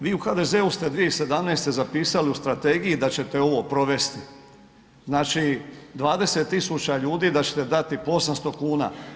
Vi u HDZ-u ste 2017.zapisali u strategiji da ćete ovo provesti, znači 20.000 ljudi da ćete dati po 800 kuna.